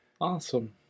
Awesome